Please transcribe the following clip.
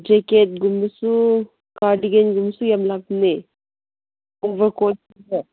ꯖꯦꯀꯦꯠꯒꯨꯝꯕꯁꯨ ꯀꯥꯔꯗꯤꯒꯦꯟꯒꯨꯝꯕꯁꯨ ꯌꯥꯝ ꯂꯥꯛꯄꯅꯦ ꯑꯣꯕꯔ ꯀꯣꯠꯒꯨꯝꯕ